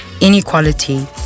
inequality